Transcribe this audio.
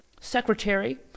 secretary